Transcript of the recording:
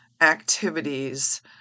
activities